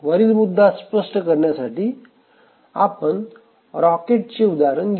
वरील मुद्दा स्पष्ट करण्यासाठी आपण रॉकेटचे उदाहरण घेऊ